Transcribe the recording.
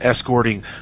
escorting